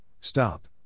stop